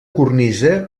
cornisa